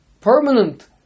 permanent